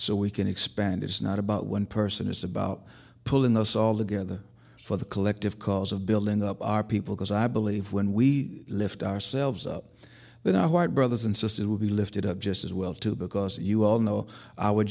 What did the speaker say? so we can expand it's not about one person it's about pulling us all together for the collective cause of building up our people because i believe when we lift ourselves up but our brothers and sisters will be lifted up just as well too because you all know